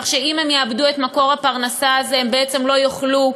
כך שאם הם יאבדו את מקור הפרנסה הזה הם לא יוכלו,